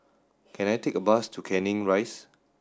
can I take a bus to Canning Rise